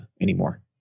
anymore